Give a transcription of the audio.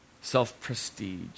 self-prestige